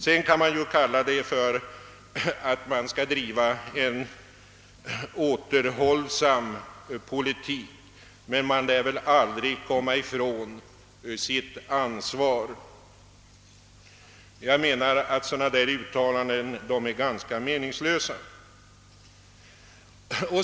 Sedan kan man kalla detta för att driva en återhållsam politik, men man lär aldrig komma ifrån sitt ansvar. Dylika uttalanden är enligt min uppfattning ganska meningslösa.